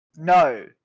No